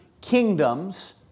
kingdoms